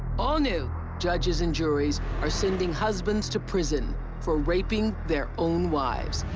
all new. judges and juries are sending husbands to prison for raping their own wives.